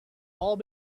all